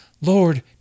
Lord